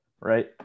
right